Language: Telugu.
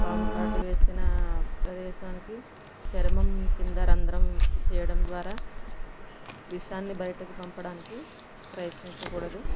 పాము కాటు వేసిన ప్రదేశానికి చర్మం కింద రంద్రం చేయడం ద్వారా విషాన్ని బయటకు పంపడానికి ప్రయత్నించకూడదు